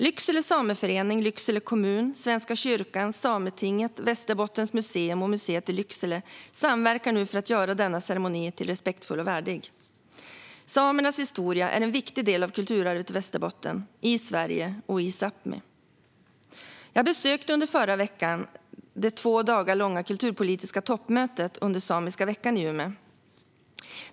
Lycksele Sameförening, Lycksele kommun, Svenska kyrkan, Sametinget, Västerbottens museum och museet i Lycksele samverkar nu för att göra denna ceremoni respektfull och värdig. Samernas historia är en viktig del av kulturarvet i Västerbotten, i Sverige och i Sápmi. Jag besökte under förra veckan det två dagar långa kulturpolitiska toppmötet under Samiska veckan i Umeå.